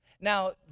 Now